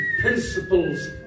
principles